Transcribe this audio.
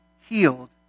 healed